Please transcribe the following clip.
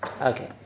Okay